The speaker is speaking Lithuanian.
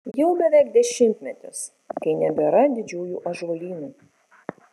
jau beveik dešimtmetis kai nebėra didžiųjų ąžuolynų